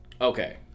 Okay